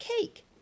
cake